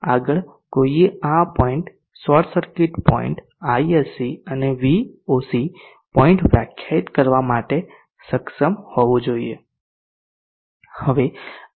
આગળ કોઈએ આ point short circuit point ISC અને VOC પોઇન્ટ વ્યાખ્યાયિત કરવા માટે સક્ષમ હોવું જોઈએ